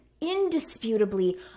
indisputably